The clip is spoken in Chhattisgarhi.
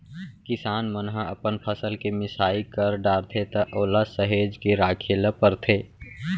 किसान मन ह अपन फसल के मिसाई कर डारथे त ओला सहेज के राखे ल परथे